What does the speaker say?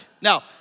Now